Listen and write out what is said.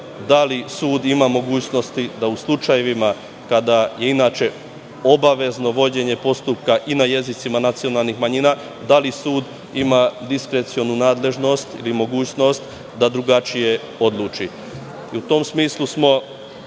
da li sud ima mogućnosti, u slučajevima kada je inače obavezno vođenje postupka i na jezicima nacionalnih manjina, da li sud ima diskrecionu nadležnost ili mogućnost da drugačije odluči.U tom smislu smo